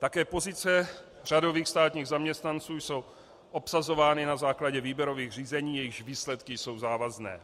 Také pozice řadových státních zaměstnanců jsou obsazovány na základě výběrových řízení, jejichž výsledky jsou závazné.